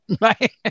right